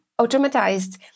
automatized